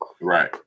Right